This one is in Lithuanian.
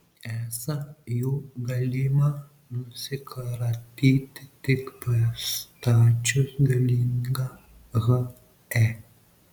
esą jų galima nusikratyti tik pastačius galingą he